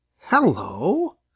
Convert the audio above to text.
Hello